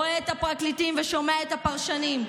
רואה את הפרקליטים ושומע את הפרשנים,